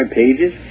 pages